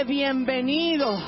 bienvenido